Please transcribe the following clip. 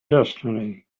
destiny